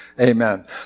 Amen